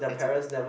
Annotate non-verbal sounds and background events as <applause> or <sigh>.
it's a <breath>